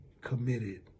committed